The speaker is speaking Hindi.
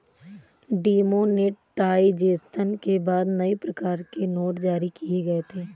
डिमोनेटाइजेशन के बाद नए प्रकार के नोट जारी किए गए थे